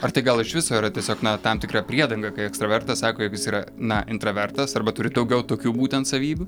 ar tai gal iš viso yra tiesiog na tam tikra priedanga kai ekstravertas sako jog jis yra na intravertas arba turi daugiau tokių būtent savybių